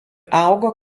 augo